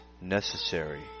necessary